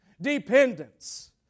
Dependence